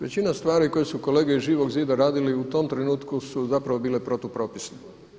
Većina stvari koje su kolege iz Živog zida radili u tom trenutku su zapravo bile protupropisne.